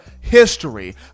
history